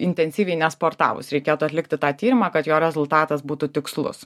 intensyviai nesportavus reikėtų atlikti tą tyrimą kad jo rezultatas būtų tikslus